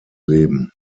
leben